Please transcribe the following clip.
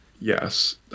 yes